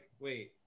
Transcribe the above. wait